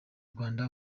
rwanda